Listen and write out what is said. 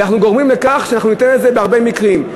ואנחנו גורמים לכך שאנחנו ניתן את זה בהרבה מקרים.